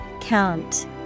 Count